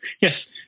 yes